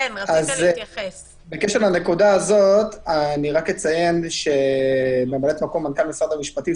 בקשר לנקודה הזאת אני אציין שממלאת-מקום מנכ"ל משרד המשפטים,